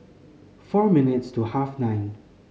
four minutes to half nine